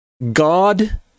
God